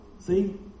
See